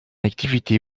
activité